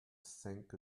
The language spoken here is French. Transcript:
cinq